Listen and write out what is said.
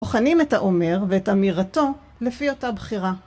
בוחנים את האומר ואת אמירתו לפי אותה בחירה.